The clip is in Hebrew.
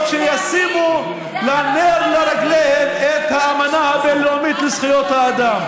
שישימו כנר לרגליהן את האמנה הבין-לאומית לזכויות אדם.